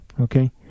Okay